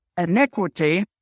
Iniquity